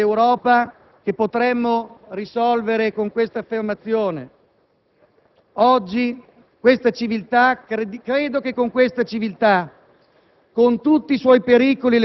modo di pensare all'Europa, che potremmo esplicitare con questa affermazione: «Oggi credo che questa civiltà,